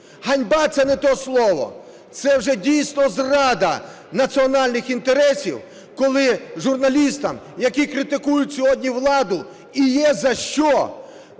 Ганьба – це не то слово, це вже дійсно зрада національних інтересів, коли журналістам, які критикують сьогодні владу, і є за що,